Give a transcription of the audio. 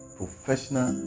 professional